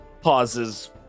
pauses